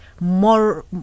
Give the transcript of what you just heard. more